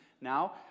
now